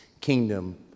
kingdom